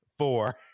four